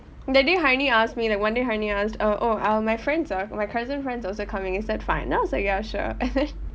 that day heini asked me like one day heini asked uh oh are my friends uh my cousin friends also coming is that fine then I was like ya sure and then